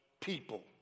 people